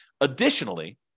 Additionally